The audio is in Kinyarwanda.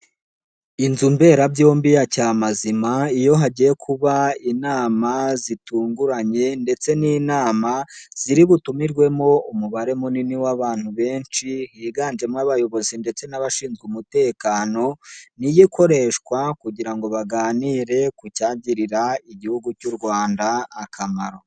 Inzu mberabyombi ya cyamazima iyo hagiye kuba inama zitunguranye ndetse n'inama ziri butumirwemo umubare munini w'abantu benshi, higanjemo abayobozi ndetse n'abashinzwe umutekano, niyo ikoreshwa kugira ngo baganire ku cyagirira igihugu cy'u Rwanda akamaro.